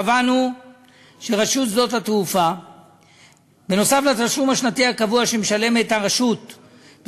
קבענו שנוסף על התשלום השנתי הקבוע שרשות שדות התעופה משלמת למדינה,